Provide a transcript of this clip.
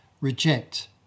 reject